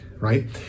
right